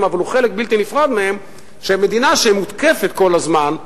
הוא חלק בלתי נפרד מהם: כשמדינה שמותקפת כל הזמן,